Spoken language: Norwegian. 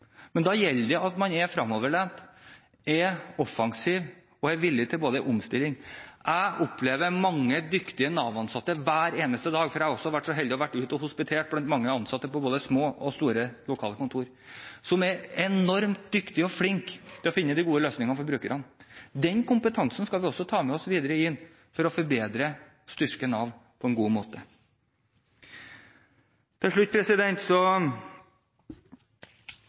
Men da gjelder det at man er fremoverlent, er offensiv og er villig til omstilling. Jeg opplever mange dyktige Nav-ansatte hver eneste dag, for jeg har også vært så heldig og vært ute og hospitert blant mange ansatte på både små og store lokale kontor, som er enormt dyktige og flinke til å finne de gode løsningene for brukerne. Den kompetansen skal vi også ta med oss videre inn for å forbedre og styrke Nav på en god måte. Til slutt